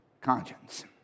conscience